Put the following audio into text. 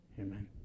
amen